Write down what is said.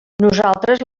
nosaltres